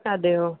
അതെയോ